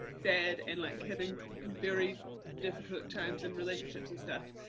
dead and like having very difficult times in relationships and stuff,